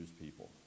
people